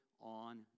on